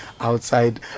outside